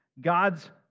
God's